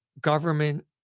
government